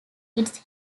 its